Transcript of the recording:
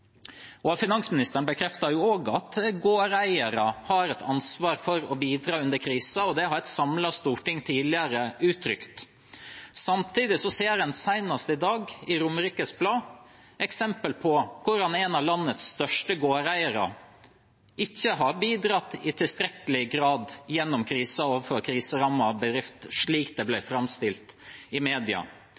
Finansministeren bekreftet at gårdeiere har et ansvar for å bidra under krisen, og det har et samlet storting tidligere uttrykt. Samtidig ser en senest i dag i Romerikes Blad eksempel på hvordan en av landets største gårdeiere ikke har bidratt i tilstrekkelig grad gjennom krisen overfor kriserammede bedrifter, slik det ble framstilt i media.